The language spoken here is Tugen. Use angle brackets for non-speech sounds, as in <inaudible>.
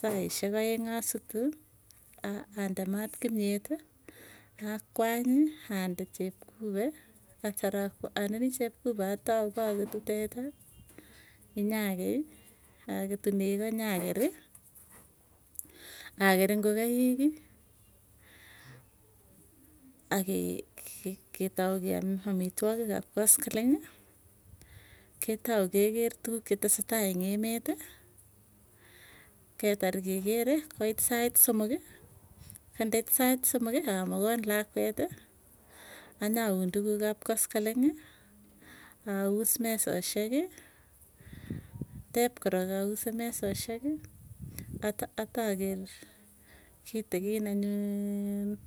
Saisyek <noise> aeng asutu, ande maat kimyeti akwany ande chepkupe, atar andenii chepkupe atau poketu teta, inyakei aketu nego nyakeri, aker ingokaiki akee ketau keam amitwogik ap koskoleny. Ketau keker tukuk chetese tai eng emeeti, ketar kekere koit sait somoki, kondait sait somoki amokon lakwet, anyaun tukuk ap koskoleng'ii. Aus mesosieki <noise> tep korok ause mesosieki <noise> ataker kitikin anyun,